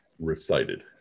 recited